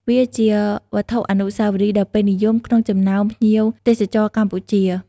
វាជាវត្ថុអនុស្សាវរីយ៍ដ៏ពេញនិយមក្នុងចំណោមភ្ញៀវទេសចរណ៍កម្ពុជា។